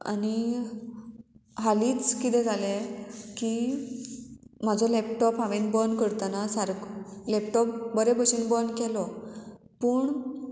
आनी हालींच कितें जालें की म्हाजो लॅपटॉप हांवेन बंद करतना सारको लॅपटॉप बरे भशेन बंद केलो पूण